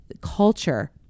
culture